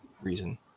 reason